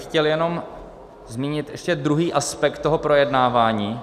Chtěl bych jenom zmínit ještě druhý aspekt toho projednávání.